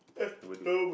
never do